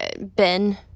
Ben